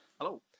Hello